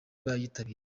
bayitabiriye